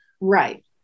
Right